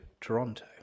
Toronto